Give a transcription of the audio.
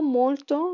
molto